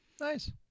nice